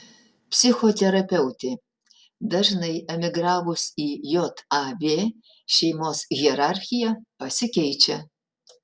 psichoterapeutė dažnai emigravus į jav šeimos hierarchija pasikeičia